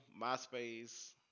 MySpace